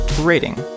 rating